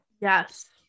Yes